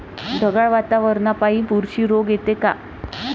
ढगाळ वातावरनापाई बुरशी रोग येते का?